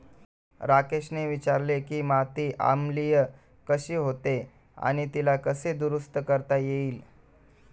राकेशने विचारले की माती आम्लीय कशी होते आणि तिला कसे दुरुस्त करता येईल?